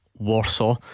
Warsaw